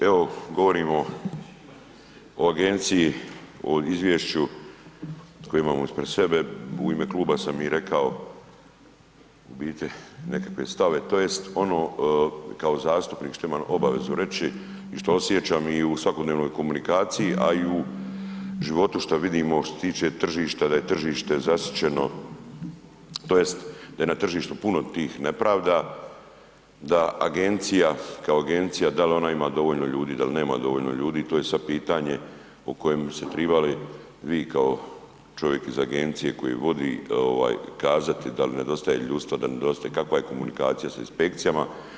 Evo, govorimo o agenciji, o izvješću koje imamo ispred sebe, u ime kluba sam i rekao u biti nekakve stave, tj. ono kao zastupnik što imam obavezu reći i što osjećam i u svakodnevnoj komunikaciji, a i u životu što vidimo da je tržište zasićeno, tj. da je tržištu puno tih nepravda, da agencija kao agencija dal ona ima dovoljno, dal nema dovoljno ljudi to je sad pitanje o kojem bi se tribali vi kao čovjek iz agencije koji vodi ovaj kazati da li nedostaje ljudstva, da nedostaje, kakva je komunikacija sa inspekcijama.